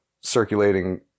circulating